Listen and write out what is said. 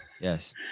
yes